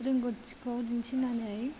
रोंगौथिखौ दिन्थिनानै